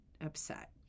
upset